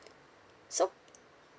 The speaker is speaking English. so